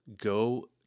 go